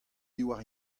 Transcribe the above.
diwar